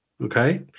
okay